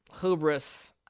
hubris